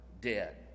dead